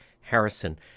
Harrison